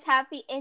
Happy